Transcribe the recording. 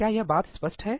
क्या यह बात स्पष्ट है